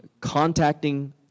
contacting